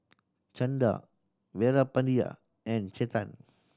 Chanda Veerapandiya and Chetan